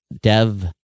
dev